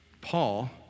Paul